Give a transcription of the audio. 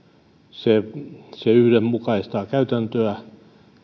se yhdenmukaistaa käytäntöä